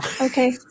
Okay